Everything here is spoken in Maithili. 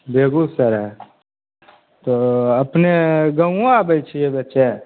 बेगूसराय तऽ अपने गाँओ आबैत छियै बेचै